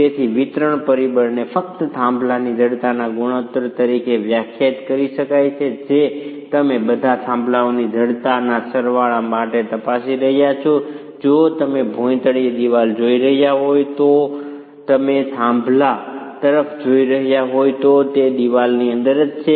તેથી વિતરણ પરિબળને ફક્ત થાંભલાની જડતાના ગુણોત્તર તરીકે વ્યાખ્યાયિત કરી શકાય છે જે તમે બધા થાંભલાઓની જડતાના સરવાળા માટે તપાસી રહ્યા છો જો તમે ભોંયતળિયે દીવાલ જોઈ રહ્યા હોવ જો તમે થાંભલા તરફ જોઈ રહ્યા હોવ તો તે દિવાલની અંદર જ છે